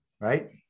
Right